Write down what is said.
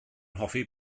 hoffi